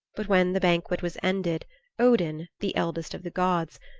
but when the banquet was ended odin, the eldest of the gods,